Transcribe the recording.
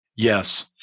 Yes